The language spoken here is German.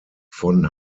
von